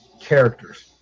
characters